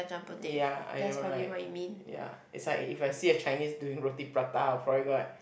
ya I know right ya it's like if I see a Chinese doing roti prata I'll probably go like